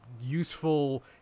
useful